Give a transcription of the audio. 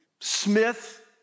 Smith